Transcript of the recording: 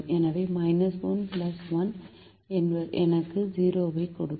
எனவே 1 1 எனக்கு 0 ஐக் கொடுக்கும்